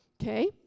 okay